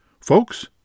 Folks